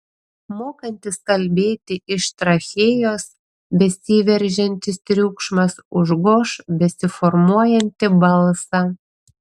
mokantis kalbėti iš trachėjos besiveržiantis triukšmas užgoš besiformuojantį balsą